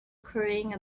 carrying